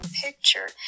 picture